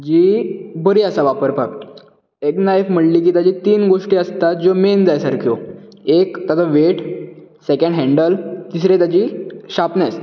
जी बरी आसा वापरपाक एक नायफ म्हटली की ताची तीन गोश्टी आसता ज्यो मेन जाय सारक्यो एक तेजो वेट सॅकेंड हैन्डल तिसरी ताची शार्पनस